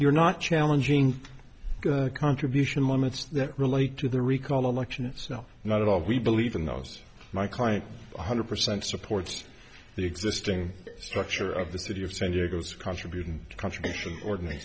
you're not challenging the contribution limits that relate to the recall election itself not at all we believe in the house my client one hundred percent supports the existing structure of the city of san diego's contribution contribution or